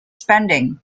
spending